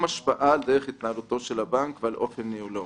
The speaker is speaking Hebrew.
השפעה על דרך התנהלותו של הבנק ואופן ניהולו.